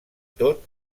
tot